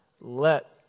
let